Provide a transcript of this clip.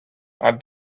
are